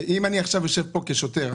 אם אני עכשיו יושב פה כשוטר,